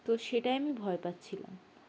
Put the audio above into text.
তো সেটাই আমি ভয় পাচ্ছিলাম